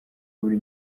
buri